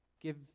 give